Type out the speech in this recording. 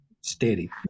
Steady